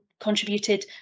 contributed